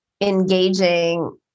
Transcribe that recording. engaging